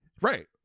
Right